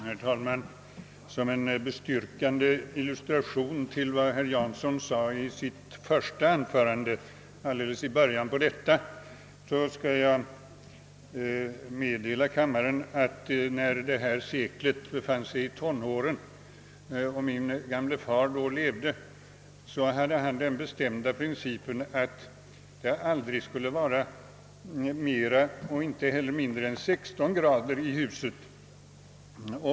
Herr talman! Som en bestyrkande illustration till vad herr Jansson sade i sitt första anförande vill jag meddela kammaren att min gamle far, som levde då detta sekel befann sig i tonåren, hade den bestämda principen att det aldrig fick vara mer och inte heller mindre än 16 grader i huset.